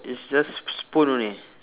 it's just s~ spoon only